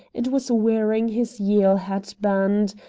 and was wearing his yale hat-band,